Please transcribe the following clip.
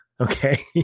Okay